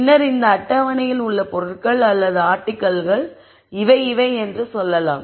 பின்னர் இந்த அட்டவணையில் உள்ள பொருள்கள் அல்லது ஆர்டிகிள்கள் இவை இவை என்று சொல்லலாம்